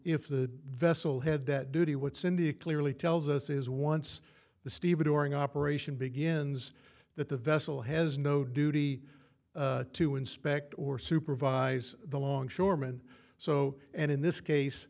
if the vessel had that duty what cindy clearly tells us is once the stevedoring operation begins that the vessel has no duty to inspect or supervise the longshoreman so and in this